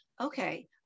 Okay